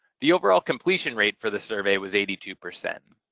the overall completion rate for the survey was eighty two percent.